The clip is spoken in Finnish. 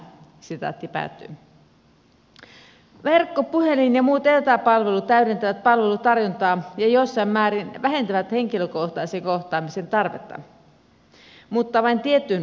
verkko puhelin ja muut etäpalvelut täydentävät palveluntarjontaa ja jossain määrin vähentävät henkilökohtaisen kohtaamisen tarvetta mutta vain tiettyyn rajaan asti